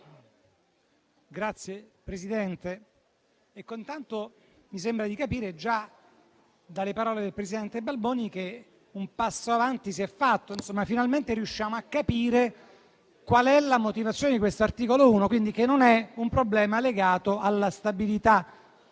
Signor Presidente, mi sembra di capire già dalle parole del presidente Balboni che un passo avanti si è fatto: Finalmente riusciamo a capire quale sia la motivazione di questo articolo 1, quindi non è un problema legato alla stabilità;